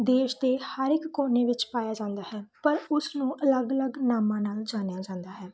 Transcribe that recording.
ਦੇਸ਼ ਦੇ ਹਰ ਇੱਕ ਕੋਨੇ ਵਿੱਚ ਪਾਇਆ ਜਾਂਦਾ ਹੈ ਪਰ ਉਸ ਨੂੰ ਅਲੱਗ ਅਲੱਗ ਨਾਮਾਂ ਨਾਲ ਜਾਣਿਆ ਜਾਂਦਾ ਹੈ